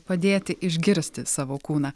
padėti išgirsti savo kūną